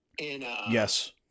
Yes